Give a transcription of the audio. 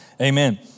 Amen